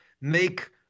make